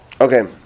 Okay